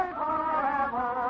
forever